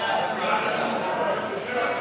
הנגשת המידע הממשלתי ועקרונות שקיפותו לציבור נתקבלה.